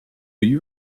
you